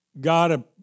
God